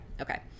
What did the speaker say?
okay